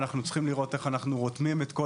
אנחנו צריכים לראות איך אנחנו רותמים את כל